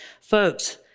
folks